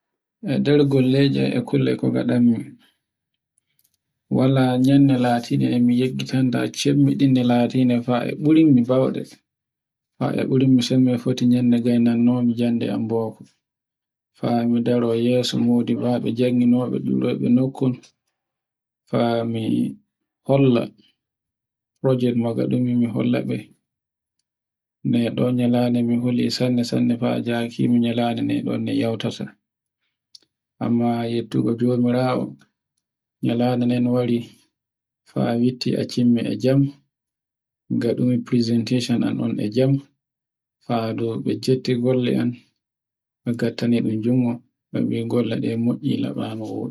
E nder golle je e kule ko ngaɗanmi. Wala yande latinde nde mi yeggitata cemmi ɗi latinde fa e ɓurmi bawɗe, fae burmi sembe foti nyande gaynon jannde am boko, fa mi daro yeso jannginabe e rowbe nokkol. Faa mi holla project ngaɗumi mi hollaɓe, ne ɗo nyalande mi huli sanne sanne fa ajakimi nyande ɗe fa a yautata. Amma yettugo jomiraawo nyande nden wari, faa a witti a jam ngaɗumi presentation an e jam, faa dow to jette golle am ɓe gottane ɗun jungo, e ɓembi golle ɗi moii laba woɗi.